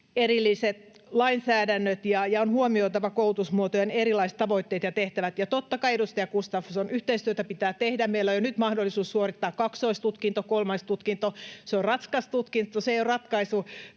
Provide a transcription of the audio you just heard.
erilliset lainsäädännöt ja että on huomioitava koulutusmuotojen erilaiset tavoitteet ja tehtävät. Totta kai, edustaja Gustafsson, yhteistyötä pitää tehdä. Meillä on jo nyt mahdollisuus suorittaa kaksoistutkinto ja kolmoistutkinto. Se on raskas tutkinto, se ei ole ratkaisu